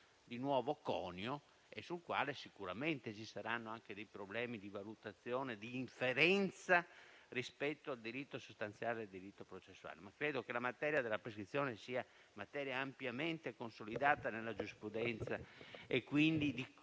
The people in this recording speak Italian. di nuovo conio, sul quale sicuramente ci saranno anche dei problemi di valutazione e di inferenza rispetto al diritto sostanziale e al diritto processuale. Credo che la materia della prescrizione sia materia ampiamente consolidata nella giurisprudenza e quindi